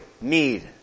need